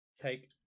Take